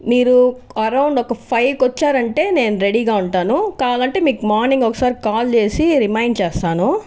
మీరు అరౌండ్ ఒక ఫైవ్కి వచ్చారు అంటే నేను రెడీగా ఉంటాను కావాలంటే మీకు మార్నింగ్ ఒకసారి కాల్ చేసి రిమైండ్ చేస్తాను